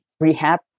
rehab